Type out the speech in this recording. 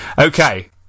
Okay